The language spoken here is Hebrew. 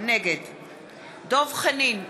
נגד דב חנין,